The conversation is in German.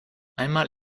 einmal